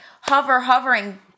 hover-hovering